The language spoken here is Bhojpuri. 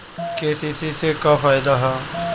के.सी.सी से का फायदा ह?